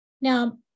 Now